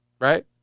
Right